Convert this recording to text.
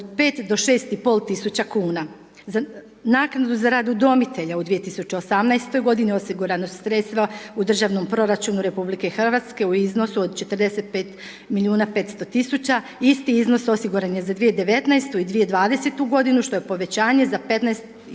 6500 kuna. Naknada za rad udomitelja u 2018. godini, osigurana su sredstva u državnom proračunu Republike Hrvatske u iznosu od 45 milijuna 500 tisuća, isti iznos osiguran je za 2019. i 2020. godinu, što je povećanje za 15,5